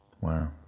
Wow